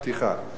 רבותי,